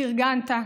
פרגנת,